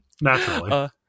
Naturally